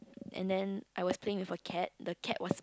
and then I was playing with a cat the cat was